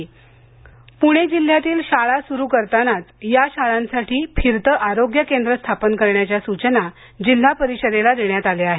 पूणे जिल्ह्यातील शाळा सुरू करतानाच या शाळांसाठी फिरतं आरोग्य केंद्र स्थापन करण्याच्या सूचना जिल्हा परिषदेला देण्यात आल्या आहेत